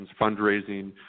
fundraising